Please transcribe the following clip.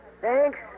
thanks